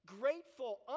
Grateful